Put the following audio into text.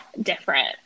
different